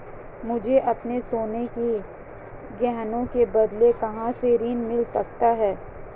मुझे अपने सोने के गहनों के बदले कहां से ऋण मिल सकता है?